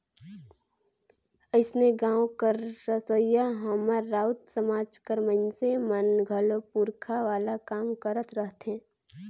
अइसने गाँव कर रहोइया हमर राउत समाज कर मइनसे मन घलो पूरखा वाला काम करत रहथें